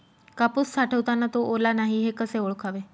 कापूस साठवताना तो ओला नाही हे कसे ओळखावे?